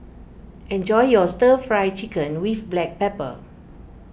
Enjoy your Stir Fry Chicken with Black Pepper